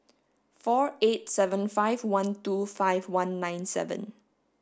four eight seven five one two five one nine seven